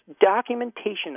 documentation